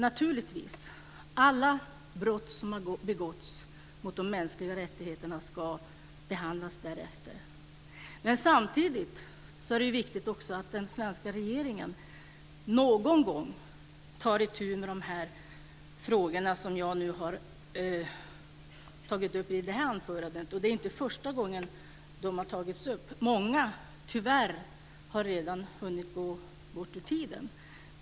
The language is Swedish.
Naturligtvis ska alla brott som har begåtts mot de mänskliga rättigheterna behandlas därefter. Samtidigt är det viktigt att den svenska regeringen någon gång tar itu med de frågor som jag har tagit upp i mitt anförande. Det är inte första gången de har tagits upp. Många har tyvärr redan hunnit gå ur tiden.